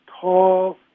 tall